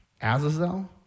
Azazel